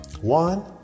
One